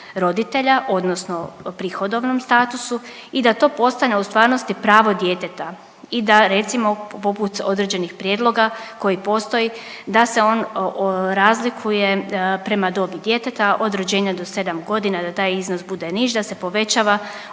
roditelja, odnosno prihodovnom statusu i da to postane u stvarnosti pravo djeteta i da recimo poput određenih prijedloga koji postoji da se on razlikuje prema dobit djeteta od rođenja do sedam godina da taj iznos bude niži, da se povećava u drugim